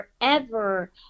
Forever